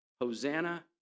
Hosanna